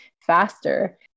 faster